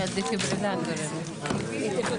הישיבה ננעלה בשעה